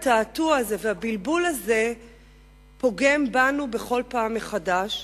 התעתוע והבלבול האלה פוגעים בנו בכל פעם מחדש,